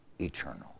eternal